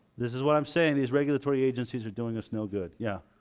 this is what i'm saying these regulatory agencies are doing us no good yeah